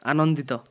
ଆନନ୍ଦିତ